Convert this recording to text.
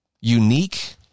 unique